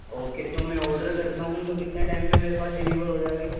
okay تو میں order کرتا ہوں تو کتنے ٹائم میں میرے پاس ڈلیور ہو جائے گی